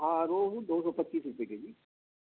ہاں روہو دو سو پچیس روپے کے جی